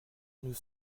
nous